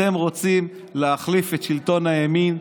אתם רוצים להחליף את שלטון הימין.